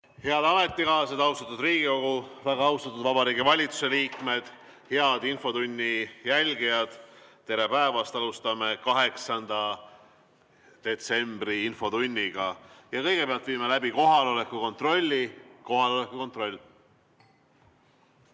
Head ametikaaslased! Austatud Riigikogu! Väga austatud Vabariigi Valitsuse liikmed! Head infotunni jälgijad! Tere päevast! Alustame 8. detsembri infotundi ja kõigepealt viime läbi kohaloleku kontrolli. Kohaloleku kontroll.